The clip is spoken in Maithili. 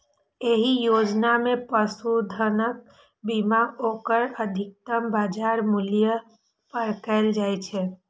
एहि योजना मे पशुधनक बीमा ओकर अधिकतम बाजार मूल्य पर कैल जाइ छै